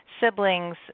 siblings